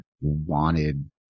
wanted